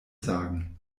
sagen